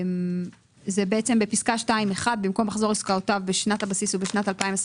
זה בפסקה (2)(1): במקום "מחזור עסקאותיו בשנת הבסיס ובשנת 2021